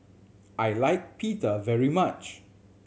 I like Pita very much